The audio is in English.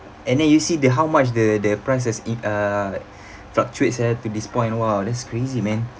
and then you see the how much the the price has in~ uh fluctuates up to this point !wow! that's crazy man